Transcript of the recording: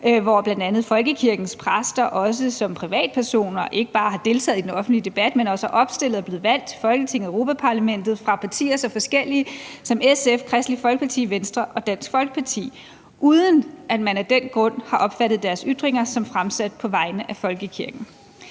hvor bl.a. folkekirkens præster også som privatpersoner ikke bare har deltaget i den offentlige debat, men også er opstillet og er blevet valgt til Folketinget og Europa-Parlamentet fra partier så forskellige som SF, Kristeligt Folkeparti, Venstre og Dansk Folkeparti, uden at man af den grund har opfattet deres ytringer som fremsat på vegne af folkekirken.